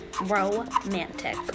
romantic